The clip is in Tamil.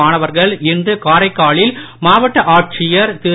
மாணவர்கள்இன்றுகாரைக்காலில்மாவட்டஆட்சியர்திரு